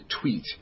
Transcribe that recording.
tweet